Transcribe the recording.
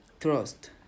trust